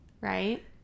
right